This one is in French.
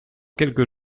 quelques